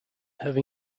have